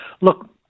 Look